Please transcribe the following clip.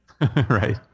Right